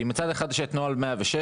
מצד אחד, יש את נוהל 106,